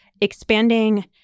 expanding